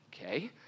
Okay